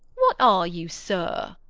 what are you, sir?